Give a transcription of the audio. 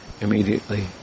immediately